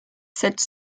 cette